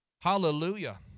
Hallelujah